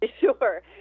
Sure